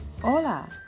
Hola